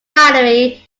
battery